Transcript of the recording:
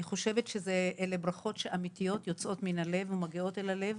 אני חושבת שאלו ברכות אמיתיות שיוצאות מן הלב ומגיעות אל הלב,